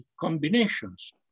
combinations